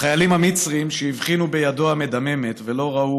החיילים המצרים, שהבחינו בידו המדממת, ולא ראו